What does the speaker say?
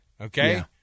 Okay